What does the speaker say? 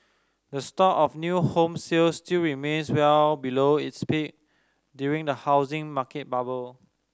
the stock of new home sales still remains well below its peak during the housing market bubble